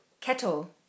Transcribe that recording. kettle